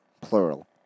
plural